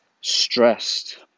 stressed